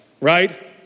right